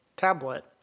Tablet